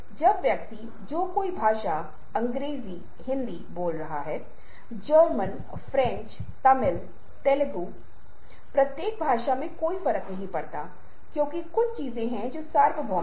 अब यदि आप भाषा का तंत्र देख रहे हैं तो आप पाते हैं कि अधिकांश भाषाएँ किसी न किसी तरह से प्राकृतिक कारणों से जुड़ी हुई हैं